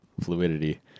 fluidity